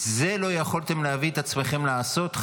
את זה לא יכולתם להביא את עצמכם לעשות,